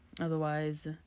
otherwise